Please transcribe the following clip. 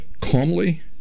calmly